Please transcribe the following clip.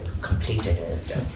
Completed